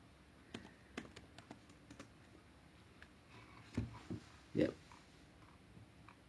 yup